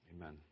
Amen